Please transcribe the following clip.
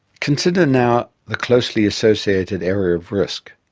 consider now the closely associated area of risk.